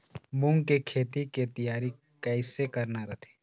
मूंग के खेती के तियारी कइसे करना रथे?